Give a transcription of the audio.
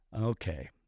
Okay